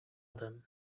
them